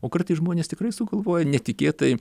o kartais žmonės tikrai sugalvoja netikėtai